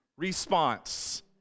response